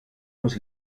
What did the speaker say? muss